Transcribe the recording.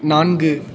நான்கு